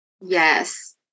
Yes